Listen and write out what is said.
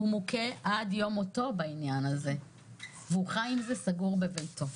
הוא מוכה עד יום מותו בעניין הזה והוא חי עם זה סגור בביתו.